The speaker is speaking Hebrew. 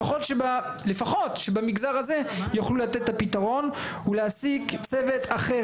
לפחות שמגזר הזה יוכלו לתת את הפתרון ולהעסיק צוות אחר,